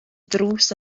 drws